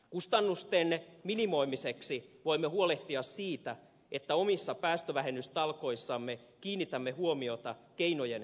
kustannusten minimoimiseksi voimme huolehtia siitä että omissa päästövähennystalkoissamme kiinnitämme huomiota keinojen kustannustehokkuuteen